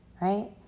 right